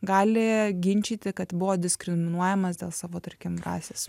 gali ginčyti kad buvo diskriminuojamas dėl savo tarkim rasės